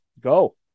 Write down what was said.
Go